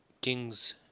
kings